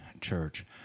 church